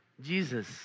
Jesus